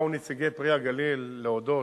באו נציגי "פרי הגליל" להודות,